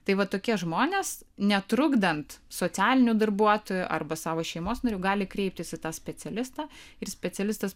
tai va tokie žmonės netrukdant socialinių darbuotojų arba savo šeimos narių gali kreiptis į tą specialistą ir specialistas